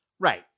Right